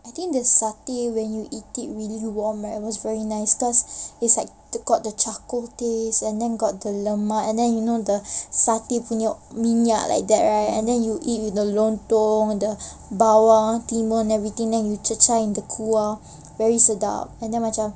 I think the satay when you eat it really warm and it was very nice because it's like got the charcoal taste and then got the lemak and then you know the satay punya minyak ah like that right and then you eat with the lontong the bawang timun everything then you cecah in the kuah very sedap and then macam